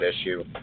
issue